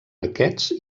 arquets